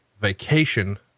vacation